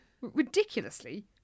ridiculously